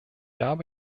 habe